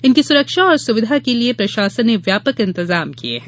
इनकी सुरक्षा और सुविधा के लिए प्रशासन ने व्यापक इंतजाम किये हैं